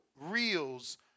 reels